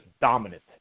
dominant